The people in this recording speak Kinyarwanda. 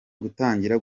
gutangira